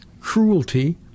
cruelty